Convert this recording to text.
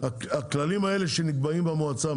הכללים האלה שנקבעים במועצה,